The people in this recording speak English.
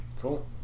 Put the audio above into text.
Cool